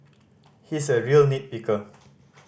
he is a real nit picker